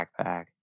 backpack